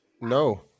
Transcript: No